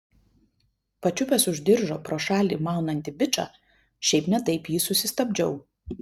pačiupęs už diržo pro šalį maunantį bičą šiaip ne taip jį susistabdžiau